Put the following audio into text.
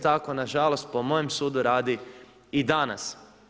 Tako na žalost po mojem sudu radi i danas.